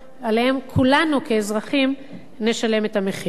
שעליהן כולנו כאזרחים נשלם את המחיר.